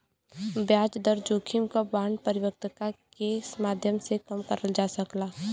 ब्याज दर जोखिम क बांड परिपक्वता के माध्यम से कम करल जा सकला